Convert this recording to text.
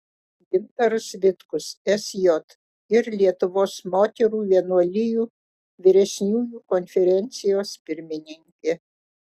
gintaras vitkus sj ir lietuvos moterų vienuolijų vyresniųjų konferencijos pirmininkė